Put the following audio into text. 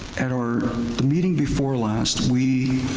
at our meeting before last, we.